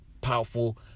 powerful